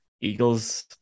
eagles